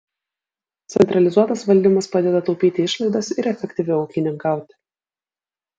centralizuotas valdymas padeda taupyti išlaidas ir efektyviau ūkininkauti